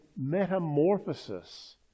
metamorphosis